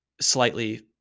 slightly